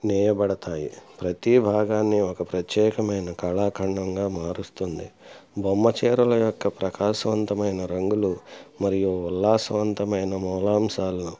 నేయబడతాయి ప్రతీ భాగాన్ని ఒక ప్రత్యేకమైన కళాఖండంగా మారుస్తుంది బొమ్మ చీరల యొక్క ప్రకాశవంతమైన రంగులు మరియు ఉల్లాసవంతమైన మూలాంశాలు